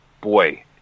boy